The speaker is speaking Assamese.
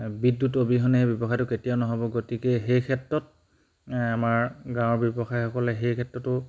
বিদ্যুৎ অবিহনে এই ব্যৱসায়টো কেতিয়াও নহ'ব গতিকে সেই ক্ষেত্ৰত এ আমাৰ গাঁৱৰ ব্যৱসায়সকলে সেই ক্ষেত্ৰতো